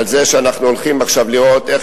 על זה שאנחנו הולכים עכשיו לראות איך